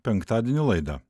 penktadienio laidą